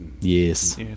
yes